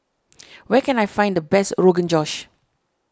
where can I find the best Rogan Josh